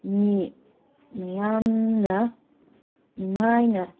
ꯃꯤ ꯃꯌꯥꯝꯅ ꯅꯨꯡꯉꯥꯏꯅ